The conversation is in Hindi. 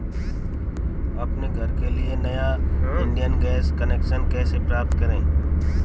अपने घर के लिए नया इंडियन गैस कनेक्शन कैसे प्राप्त करें?